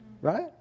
right